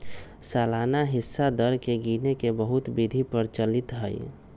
सालाना हिस्सा दर के गिने के बहुते विधि प्रचलित हइ